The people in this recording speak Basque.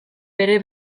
bere